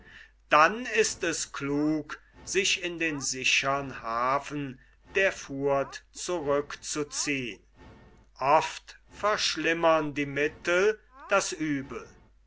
dann ist es klug sich in den sichern hafen der furt zurückzuziehn oft verschlimmern die mittel das uebel